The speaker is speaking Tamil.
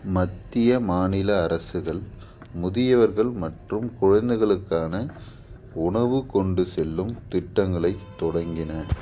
மத்திய மாநில அரசுகள் முதியவர்கள் மற்றும் குழந்தைகளுக்கான உணவு கொண்டு செல்லும் திட்டங்களை தொடங்கின